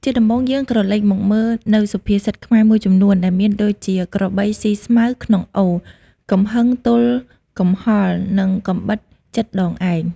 ជាដំបូងយើងក្រឡេកមកមើលនៅសុភាសិតខ្មែរមួយចំនួនដែលមានដូចជា ក្របីស៊ីស្មៅក្នុងអូរ កំហឹងទល់កំហល់ និងកាំបិតជិតដងឯង។